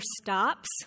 stops